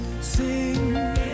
Sing